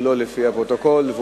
הוא לא לפי הפרוטוקול,